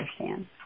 understand